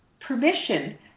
permission